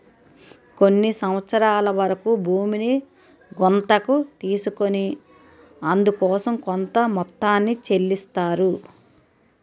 కొన్ని సంవత్సరాల వరకు భూమిని గుత్తకు తీసుకొని అందుకోసం కొంత మొత్తాన్ని చెల్లిస్తారు